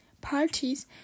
parties